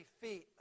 feet